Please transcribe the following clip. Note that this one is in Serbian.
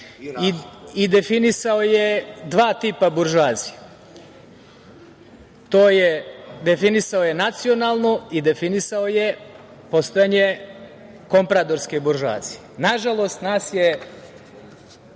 i definisao je dva tipa buržoazije. Definisao je nacionalnu i definisao je postojanje kompradorske buržoazije. Nažalost, nas je